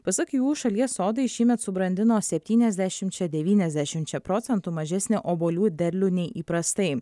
pasak jų šalies sodai šįmet subrandino septyniasdešimčia devyniasdešimčia procentų mažesnį obuolių derlių nei įprastai